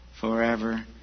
forever